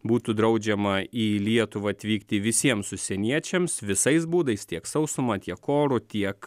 būtų draudžiama į lietuvą atvykti visiems užsieniečiams visais būdais tiek sausuma tiek oru tiek